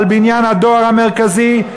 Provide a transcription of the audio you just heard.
על בניין הדואר המרכזי,